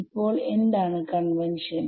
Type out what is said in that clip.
ഇപ്പോൾ എന്താണ് കൺവെൻഷൻ